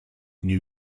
new